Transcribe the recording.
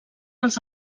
els